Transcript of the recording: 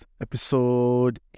Episode